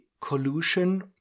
collusion